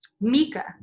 Mika